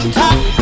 top